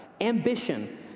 Ambition